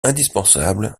indispensable